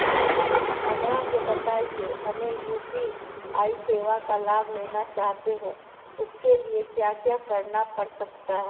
हमरा के बताइए हमें यू.पी.आई सेवा का लाभ लेना चाहते हैं उसके लिए क्या क्या करना पड़ सकता है?